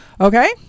Okay